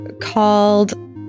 called